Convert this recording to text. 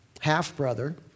half-brother